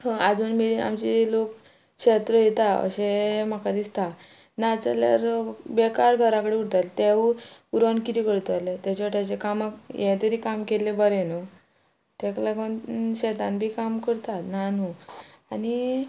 आजून मेरेन आमचे लोक शेत रोयता अशें म्हाका दिसता नाजाल्यार बेकार घरा कडेन उरताले तेवू उरोन कितें करतले तेच्या वाट्याचे कामाक हें तरी काम केल्लें बरें न्हू तेका लागोन शेतान बी काम करता ना न्हू आनी